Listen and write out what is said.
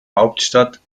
hauptstadt